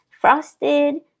frosted